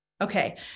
Okay